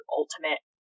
ultimate